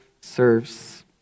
serves